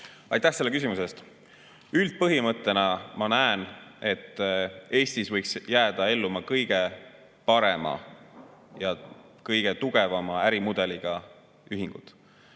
Aitäh selle küsimuse eest! Üldpõhimõttena ma näen, et Eestis võiks jääda ellu kõige parema ja kõige tugevama ärimudeliga ühingud.